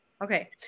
Okay